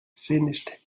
finished